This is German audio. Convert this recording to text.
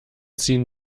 ziehen